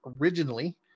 originally